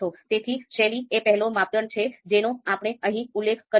તેથી શૈલી એ પહેલો માપદંડ છે જેનો આપણે અહીં ઉલ્લેખ કર્યો છે